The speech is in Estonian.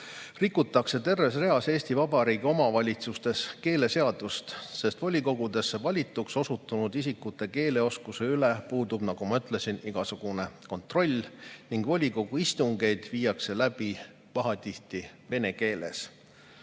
rikutakse terves reas Eesti Vabariigi omavalitsustes keeleseadust, sest volikogudesse valituks osutunud isikute keeleoskuse üle puudub, nagu ma ütlesin, igasugune kontroll ning volikogu istungeid viiakse läbi pahatihti vene keeles.